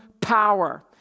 power